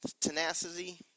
tenacity